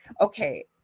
Okay